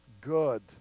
good